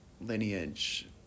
lineage